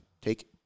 take